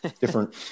different